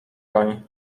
doń